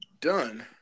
done